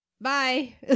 Bye